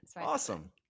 awesome